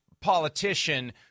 politician